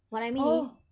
what I mean is